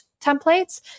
templates